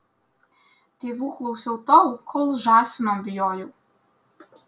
tėvų klausiau tol kol žąsino bijojau